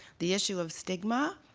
the issue of stigma,